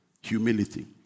humility